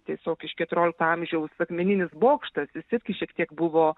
tiesiog iš keturiolikto amžiaus akmeninis bokštas jis irgi šiek tiek buvo